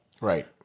Right